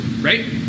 Right